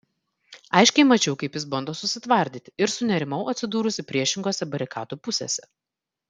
aiškiai mačiau kaip jis bando susitvardyti ir sunerimau atsidūrusi priešingose barikadų pusėse